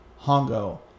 Hongo